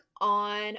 on